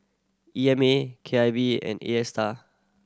E M A K I V and Astar